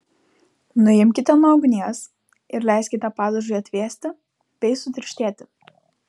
nuimkite nuo ugnies ir leiskite padažui atvėsti bei sutirštėti